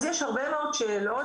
אז יש הרבה מאוד שאלות,